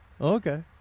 Okay